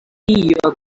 your